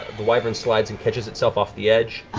ah but wyvern slides and catches itself off the edge.